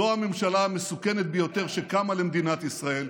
זו הממשלה המסוכנת ביותר שקמה למדינת ישראל.